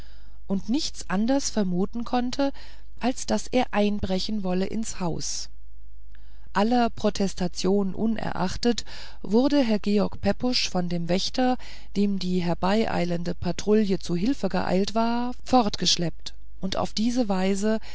und nichts anders vermuten konnte als daß er einbrechen wolle ins haus aller protestationen unerachtet wurde herr george pepusch von dem wächter dem die herbeieilende patrouille zu hilfe geeilt war fortgeschleppt und auf diese weise